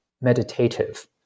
meditative